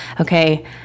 Okay